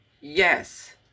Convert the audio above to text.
Yes